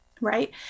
Right